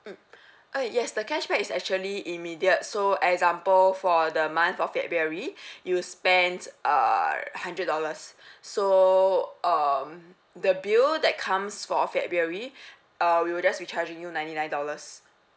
mm uh yes the cashback is actually immediate so example for the month of february you spent err hundred dollars so um the bill that comes for february uh we will just be charging you ninety nine dollars